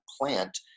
plant